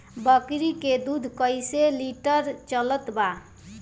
बकरी के दूध कइसे लिटर चलत बा?